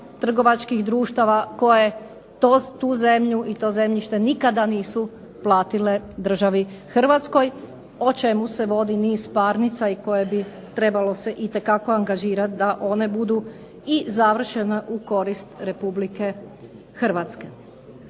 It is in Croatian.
trgovačkih društava koje tu zemlju i to zemljište nikada nisu platile državi Hrvatskoj o čemu se vodi niz parnica i koje bi trebalo se itekako angažirati da one budu i završene u korist RH.